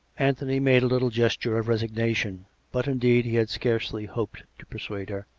anthony made a little gesture of resignation. but, in deed, he had scarcely hoped to persuade her.